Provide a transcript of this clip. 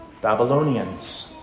Babylonians